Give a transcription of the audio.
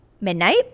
midnight